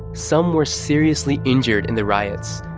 some were seriously injured in the riots,